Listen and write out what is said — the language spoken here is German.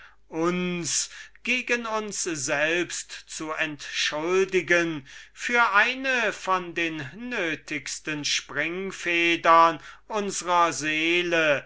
uns bei uns selbst zu entschuldigen für eine von den nötigsten springfedern unsrer seele